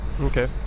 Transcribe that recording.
Okay